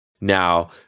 Now